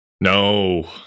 No